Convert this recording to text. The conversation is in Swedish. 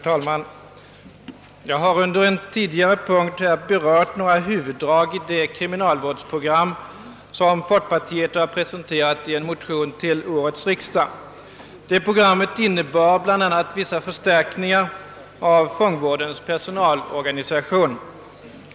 Herr talman! Jag har under en tidigare punkt berört några huvuddrag i det kriminalvårdsprogram som folkpartiet presenterat i en motion till årets riksdag och som bl.a. innebär vissa förstärkningar av fångvårdens personalorganisation.